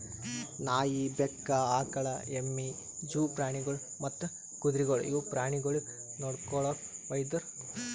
ನಾಯಿ, ಬೆಕ್ಕ, ಆಕುಳ, ಎಮ್ಮಿ, ಜೂ ಪ್ರಾಣಿಗೊಳ್ ಮತ್ತ್ ಕುದುರೆಗೊಳ್ ಇವು ಪ್ರಾಣಿಗೊಳಿಗ್ ನೊಡ್ಕೊಳೋ ವೈದ್ಯರು